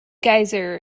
geyser